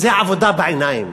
זאת עבודה בעיניים.